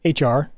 HR